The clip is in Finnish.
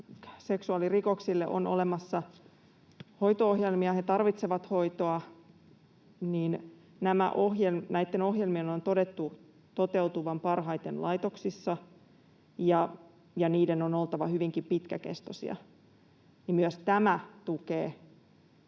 seksuaalirikollisille on olemassa hoito-ohjelmia — he tarvitsevat hoitoa — ja näiden ohjelmien on todettu toteutuvan parhaiten laitoksissa, ja niiden on oltava hyvinkin pitkäkestoisia. Myös tämä tukee